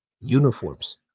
Uniforms